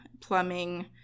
plumbing